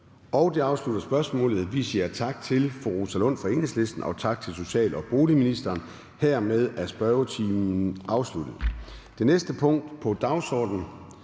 Det afslutter spørgsmålet. Vi siger tak til fru Rosa Lund fra Enhedslisten og tak til social- og boligministeren. Hermed er spørgetimen afsluttet. --- Det næste punkt på dagsordenen